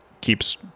keeps